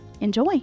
Enjoy